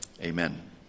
Amen